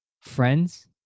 Friends